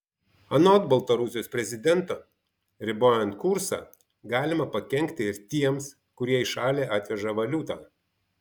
anot baltarusijos prezidento ribojant kursą galima pakenkti ir tiems kurie į šalį atveža valiutą